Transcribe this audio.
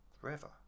forever